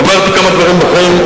עברתי כמה דברים בחיים.